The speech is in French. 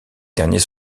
derniers